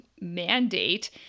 mandate